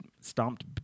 stomped